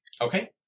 Okay